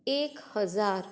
एक हजार